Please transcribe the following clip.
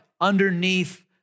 underneath